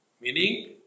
Meaning